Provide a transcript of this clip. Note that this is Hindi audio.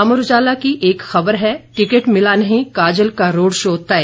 अमर उजाला की एक खबर है टिकट मिला नहीं काजल का रोड शो तय